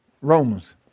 Romans